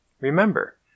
Remember